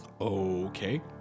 Okay